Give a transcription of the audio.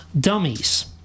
dummies